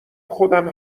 خودم